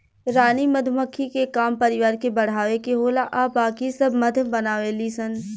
रानी मधुमक्खी के काम परिवार के बढ़ावे के होला आ बाकी सब मध बनावे ली सन